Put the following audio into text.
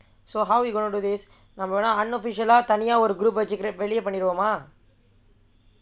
so how we going to do this நம்ம:namma unofficial ah தனியா ஒரு:thaniyaa oru group வச்சு வெளியே பண்ணிடுவோமா:vachu veliyae panniduvomaa